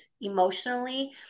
emotionally